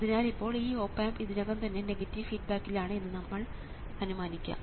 അതിനാൽ ഇപ്പോൾ ഈ ഓപ് ആമ്പ് ഇതിനകം തന്നെ നെഗറ്റീവ് ഫീഡ്ബാക്കിലാണ് എന്ന് ആദ്യം നമുക്ക് അനുമാനിക്കാം